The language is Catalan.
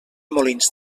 molins